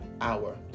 Hour